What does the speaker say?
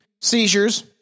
seizures